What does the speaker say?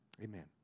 Amen